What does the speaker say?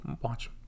watch